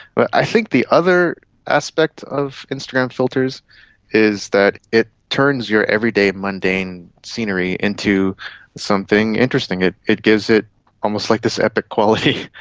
but i think the other aspect of instagram filters is that it turns your everyday mundane scenery into something interesting, it it gives it almost like this epic quality.